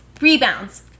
rebounds